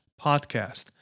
podcast